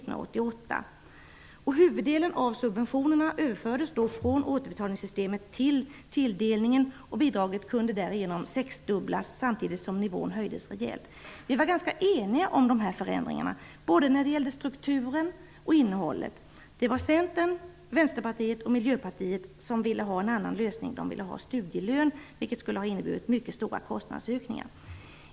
Huvuddelen av subventionerna överfördes då från återbetalningssidan till tilldelningen, och bidraget kunde därigenom sexdubblas samtidigt som nivån höjdes rejält. Vi var ganska eniga om dessa förändringar, både när det gällde strukturen och när det gällde innehållet. Centern, Vänsterpartiet och Miljöpartiet ville dock ha en annan lösning, nämligen studielön, vilket skulle ha inneburit mycket stora kostnadsökningar.